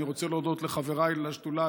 אני רוצה להודות לחבריי לשדולה,